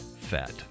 Fat